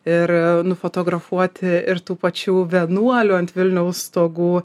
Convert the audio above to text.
ir nufotografuoti ir tų pačių vienuolių ant vilniaus stogų